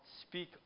speak